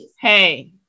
Hey